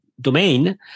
domain